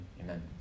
amen